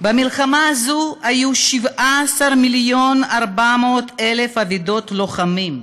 במלחמה הזו היו 17 מיליון ו-400,000 אבדות לוחמים,